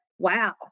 Wow